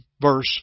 verse